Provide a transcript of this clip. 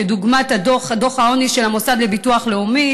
כדוגמת דוח העוני של המוסד לביטוח לאומי,